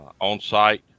on-site